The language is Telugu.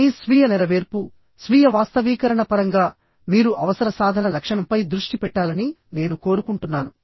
కానీ స్వీయ నెరవేర్పు స్వీయ వాస్తవీకరణ పరంగా మీరు అవసర సాధన లక్షణంపై దృష్టి పెట్టాలని నేను కోరుకుంటున్నాను